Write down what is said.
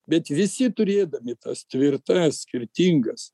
bet visi turėdami tas tvirtas skirtingas